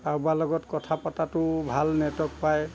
কাৰোবাৰ লগত কথা পতাটো ভাল নেটৱৰ্ক পায়